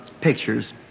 pictures